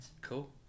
Cool